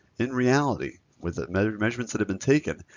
in reality, with measurements that have been taken,